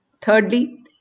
Thirdly